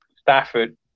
Stafford